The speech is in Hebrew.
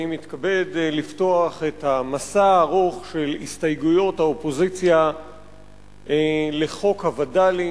אני מתכבד לפתוח את המסע הארוך של הסתייגויות האופוזיציה לחוק הווד"לים,